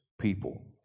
people